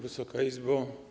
Wysoka Izbo!